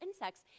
insects